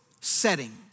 setting